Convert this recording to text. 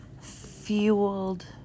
fueled